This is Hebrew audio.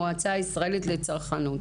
המועצה הישראלית לצרכנות.